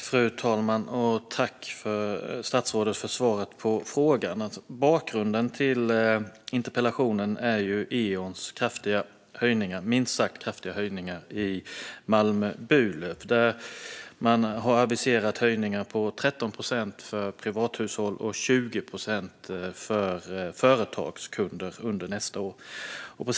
Fru talman! Tack, statsrådet, för svaret på frågan! Bakgrunden till interpellationen är Eons minst sagt kraftiga höjningar i Malmö och Burlöv, där man har aviserat höjningar på 13 procent för privathushåll och 20 procent för företagskunder under nästa år.